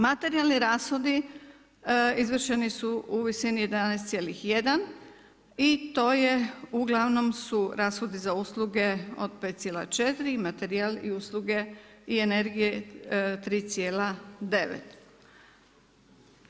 Materijalni rashodi izvršeni su u visini 11,1 i to je uglavnom su rashodi za usluge od 5,4 materijal i usluge i energije 3,9.